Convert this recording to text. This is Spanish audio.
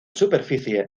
superficie